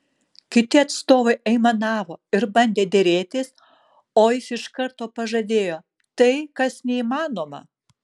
kiti atstovai aimanavo ir bandė derėtis o jis iš karto pažadėjo tai kas neįmanoma